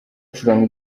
hacurangwa